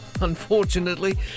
unfortunately